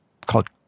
called